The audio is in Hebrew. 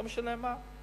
לא משנה מה,